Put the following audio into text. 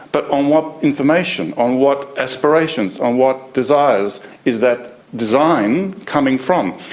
but on what information, on what aspirations, on what desires is that design coming from?